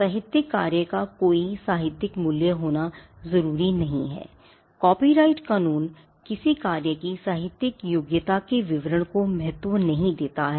साहित्यिक कार्य का कोई साहित्यिक मूल्य होना ज़रूरी नहीं है I कॉपीराइट कानून किसी कार्य की साहित्यिक योग्यता के विवरण को महत्व नहीं देता है